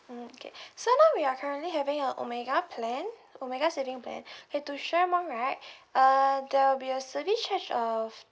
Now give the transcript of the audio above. mm okay so now we are currently having a omega plan omega saving plan K to share more right uh there will be a service charge of